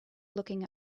looking